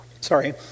Sorry